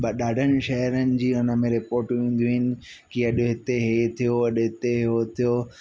ॿ ॾाढनि शहरनि जी उनमें रिपोर्टियूं ईंदियूं आहिनि की अॼ हिते हीअ थियो अॼ हिते हो थियो